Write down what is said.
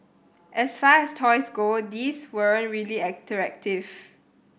as far as toys go these weren't really interactive